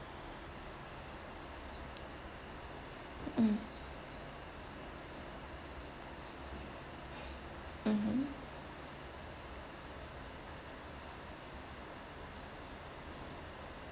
um mmhmm